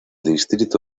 distrito